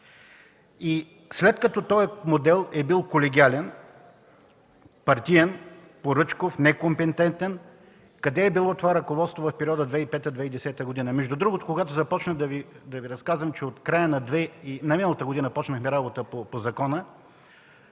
И след като този модел е бил колегиален, партиен, поръчков, некомпетентен, къде е било това ръководство в периода 2005-2010 г.? Между другото, когато започнах да Ви разказвам, че от края на